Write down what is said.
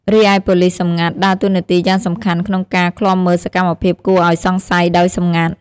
រីឯប៉ូលិសសម្ងាត់ ដើរតួនាទីយ៉ាងសំខាន់ក្នុងការ ឃ្លាំមើលសកម្មភាពគួរឱ្យសង្ស័យ ដោយសម្ងាត់។